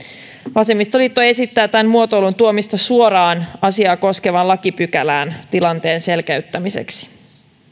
vasemmistoliitto esittää tämän muotoilun tuomista suoraan asiaa koskevaan lakipykälään tilanteen selkeyttämiseksi